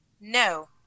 No